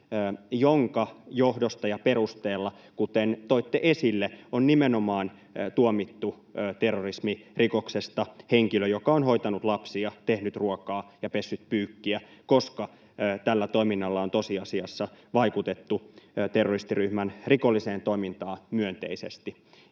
jonka johdosta ja perusteella, kuten toitte esille, on nimenomaan tuomittu terrorismirikoksesta henkilö, joka on hoitanut lapsia, tehnyt ruokaa ja pessyt pyykkiä, koska tällä toiminnalla on tosiasiassa vaikutettu terroristiryhmän rikolliseen toimintaan myönteisesti.